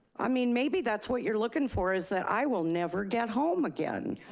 i mean, maybe that's what you're looking for, is that i will never get home again.